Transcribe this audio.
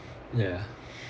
ya